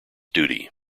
duty